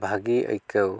ᱵᱷᱟᱹᱜᱤ ᱟᱹᱭᱠᱟᱹᱣ